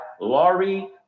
Laurie